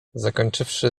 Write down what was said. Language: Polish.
zakończywszy